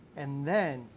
and then,